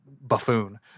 buffoon